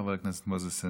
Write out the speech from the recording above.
חבר הכנסת מוזס,